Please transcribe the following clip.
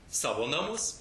savo namus